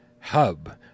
hub